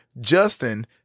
Justin